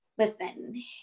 Listen